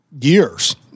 years